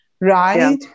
right